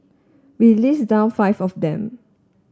we list down five of them